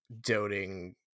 doting